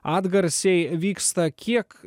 atgarsiai vyksta kiek